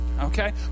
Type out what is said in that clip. Okay